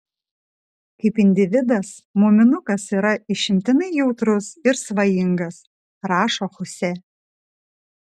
kaip individas muminukas yra išimtinai jautrus ir svajingas rašo huse